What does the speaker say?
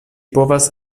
povas